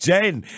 Jane